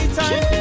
time